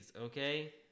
Okay